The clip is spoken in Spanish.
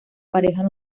parejas